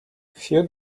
few